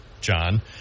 John